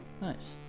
nice